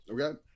okay